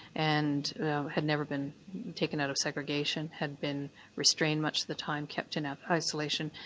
and had never been taken out of segregation, had been restrained much the time, kept in ah isolation,